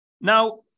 Now